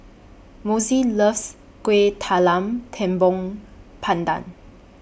Mossie loves Kueh Talam Tepong Pandan